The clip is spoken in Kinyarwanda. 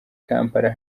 kampala